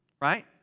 Right